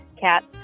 cats